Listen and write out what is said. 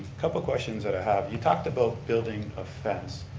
couple of questions that i have. you talked about building a fence,